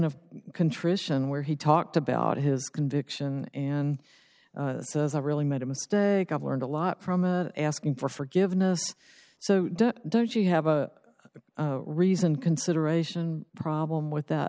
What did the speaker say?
of contrition where he talked about his conviction and says i really made a mistake i've learned a lot from are asking for forgiveness so don't you have a reason consideration problem with that